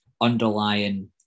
underlying